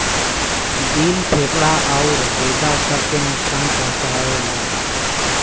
दिल फेफड़ा आउर गुर्दा सब के नुकसान पहुंचाएला